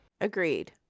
Agreed